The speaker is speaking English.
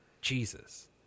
Jesus